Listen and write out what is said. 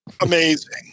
Amazing